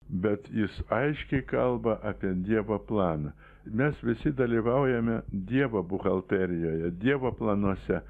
bet jis aiškiai kalba apie dievą planą mes visi dalyvaujame dievo buhalterijoje dievo planuose